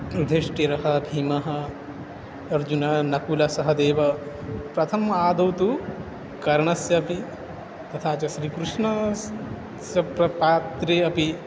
युधिष्टिरः भीमः अर्जुनः नकुलसहदेवौ प्रथम् आदौ तु कर्णस्य अपि तथा च श्रीकृष्णस्य प्रपात्रे अपि